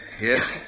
Yes